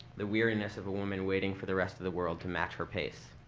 the weariness of a woman waiting for the rest of the world to match her pace.